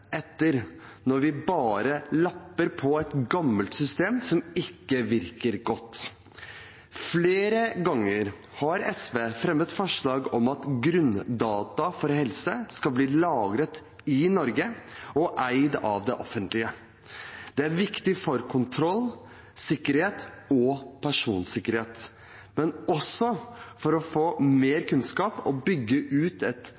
etter når vi bare lapper på et gammelt system som ikke virker godt. Flere ganger har SV fremmet forslag om at grunndata for helse skal bli lagret i Norge og eid av det offentlige. Det er viktig for kontroll, sikkerhet og personsikkerhet, men også for å få mer kunnskap og bygge ut